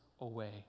away